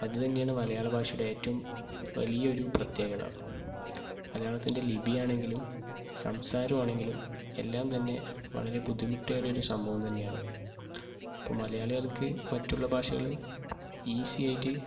അത് തന്നെയാണ് മലയാള ഭാഷയുടെ ഏറ്റവും വലിയൊരു പ്രത്യേകത മലയാളത്തിൻ്റെ ലിപിയാണെങ്കിലും സംസാരമാണെങ്കിലും എല്ലാം തന്നെ വളരെ ബുദ്ധിമുട്ടേറിയ ഒരു സംഭവം തന്നെയാണ് ഇപ്പോ മലയാളികൾക്ക് മറ്റുള്ള ഭാഷകള് ഈസിയായിട്ട്